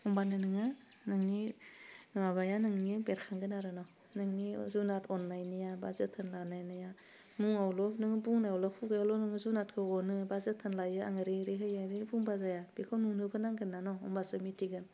होमबानो नोङो नोंनि माबाया नोंनि बेरखांगोन आरो न नोंनि जुनाद अन्नायनिया बा जोथोन लानाया मुङावल' नों बुंनायावल' खुगायावल' नोङो जुनादखौ अनो बा जोथोन लायो आं ओरै ओरै होयो ओरैनो बुंबा जाया बेखौ नुनोबो नांगोन ना न' होमबासो मिथिगोन